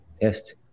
test